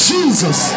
Jesus